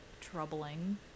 troubling